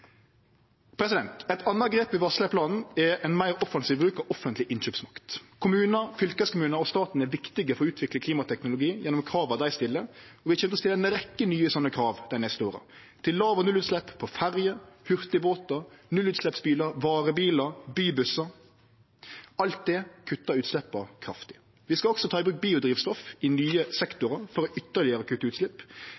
Eit anna grep vi varslar i planen, er ein meir offensiv bruk av offentleg innkjøpsmakt. Kommunar, fylkeskommunar og staten er viktige for å utvikle klimateknologi, gjennom krava dei stiller, og vi kjem til å stille ei rekkje nye slike krav dei neste åra – til låg- og nullutslepp på ferjer, hurtigbåtar, nullutsleppsbilar, varebilar og bybussar. Alt det kuttar utsleppa kraftig. Vi skal også ta i bruk biodrivstoff i nye